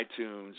iTunes